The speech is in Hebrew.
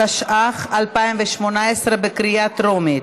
התשע"ח 2018, בקריאה טרומית.